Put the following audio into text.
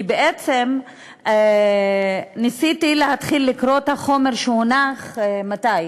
כי בעצם ניסיתי להתחיל לקרוא את החומר שהונח, מתי?